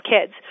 kids